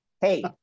hey